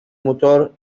motor